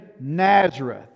Nazareth